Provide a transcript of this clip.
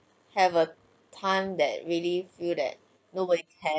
have a time that really feel that nobody cares